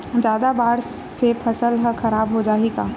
जादा बाढ़ से फसल ह खराब हो जाहि का?